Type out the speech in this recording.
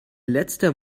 letzter